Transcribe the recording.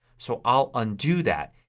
so i'll undo that.